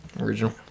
Original